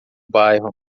bairro